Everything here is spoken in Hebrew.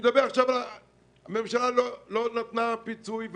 הממשלה לא נתנה פיצוי.